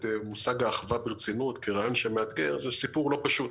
מושג האחווה ברצינות כרעיון שמאתגר זה סיפור לא פשוט.